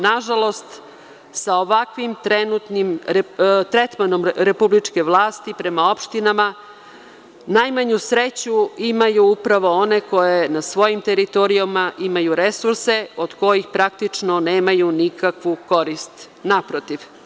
Na žalost, sa ovakvim trenutnim tretmanom republičke vlasti prema opštinama, najmanju sreću imaju upravo one koje na svojim teritorijama imaju resurse od kojih praktično nemaju nikakvu korist, naprotiv.